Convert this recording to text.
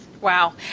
Wow